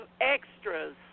extras